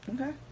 Okay